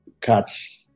catch